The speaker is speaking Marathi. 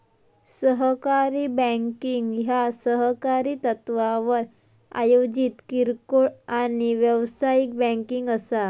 सहकारी बँकिंग ह्या सहकारी तत्त्वावर आयोजित किरकोळ आणि व्यावसायिक बँकिंग असा